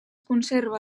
conserva